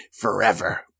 forever